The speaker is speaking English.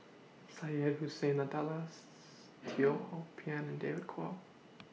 Syed Hussein Teo Ho Pin and David Kwo